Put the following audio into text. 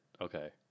okay